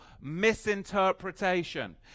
misinterpretation